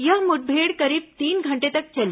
यह मुठभेड़ करीब तीन घंटे तक चली